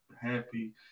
happy